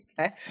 okay